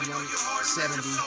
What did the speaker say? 170